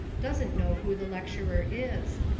doesn't know who the lecturer is.